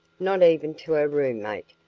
not even to her roommate,